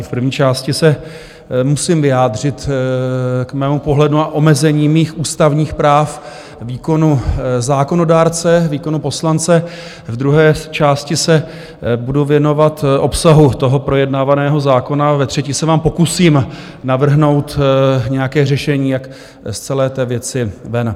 V první části se musím vyjádřit k mému pohledu na omezení mých ústavních práv, výkonu zákonodárce, výkonu poslance, v druhé části se budu věnovat obsahu toho projednávaného zákona, ve třetí se vám pokusím navrhnout nějaké řešení, jak z celé té věci ven.